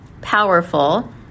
Powerful